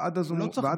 ועד אז הוא בבידוד.